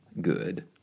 good